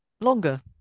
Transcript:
longer